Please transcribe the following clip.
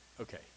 Okay